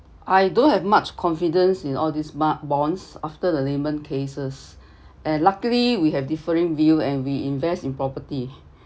I don't have much confidence in all this smart bonds after the lemon cases and luckily we have differing view and we invest in property